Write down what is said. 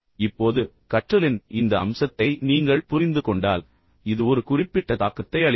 இப்போது கற்றலின் இந்த அம்சத்தை நீங்கள் புரிந்து கொண்டால் இது ஒரு குறிப்பிட்ட தாக்கத்தை அளிக்கிறது